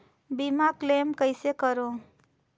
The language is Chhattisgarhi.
बीमा क्लेम कइसे करों?